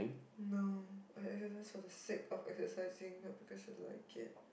no I exercise for the sake of exercising not because I like it